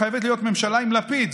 חייבת להיות ממשלה עם לפיד,